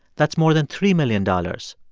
that's more than three million dollars.